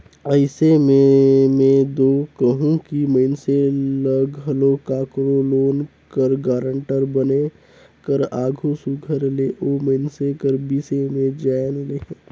अइसे में में दो कहूं कि मइनसे ल घलो काकरो लोन कर गारंटर बने कर आघु सुग्घर ले ओ मइनसे कर बिसे में जाएन लेहे